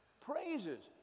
praises